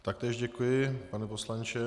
Taktéž děkuji, pane poslanče.